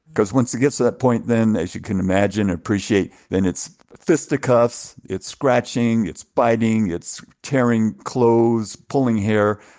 cause once it gets to that point, then, as you can imagine and appreciate, then it's fisticuffs, it's scratching, it's biting, it's tearing clothes, pulling hair.